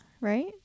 right